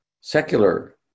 secular